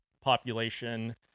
population